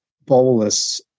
bolus